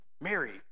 Mary